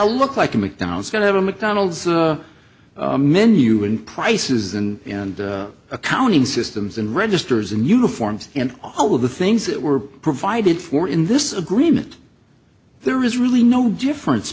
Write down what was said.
to look like a mcdonald's going to have a mcdonald's menu and prices and and accounting systems and registers and uniforms and all of the things that were provided for in this agreement there is really no difference